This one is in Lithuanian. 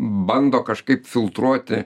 bando kažkaip filtruoti